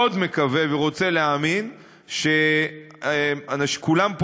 מקווה מאוד ורוצה להאמין שכולם פה